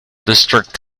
district